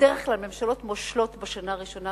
בדרך כלל ממשלות מושלות בשנה הראשונה,